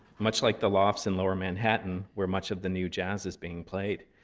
much like the lofts in lower manhattan, where much of the new jazz is being played.